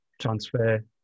transfer